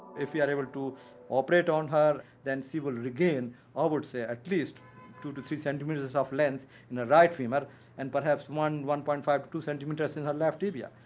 if we are able to operate on her than she will regain i would say at least two to three centimetres of length in her right femur and perhaps one one point five to two centimetres in her left tibia.